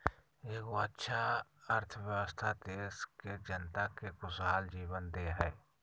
एगो अच्छा अर्थव्यवस्था देश के जनता के खुशहाल जीवन दे हइ